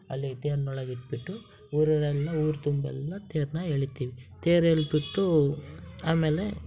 ಅಲ್ಲಿ ತೇರ್ನ ಒಳಗಿಟ್ಟುಬಿಟ್ಟು ಊರವರೆಲ್ಲ ಊರ ತುಂಬ ಎಲ್ಲ ತೇರನ್ನ ಎಳೀತೀವಿ ತೇರು ಎಳೆದ್ಬಿಟ್ಟು ಆಮೇಲೆ